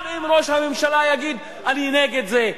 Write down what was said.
גם אם ראש הממשלה יגיד שהוא נגד זה,